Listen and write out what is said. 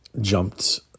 jumped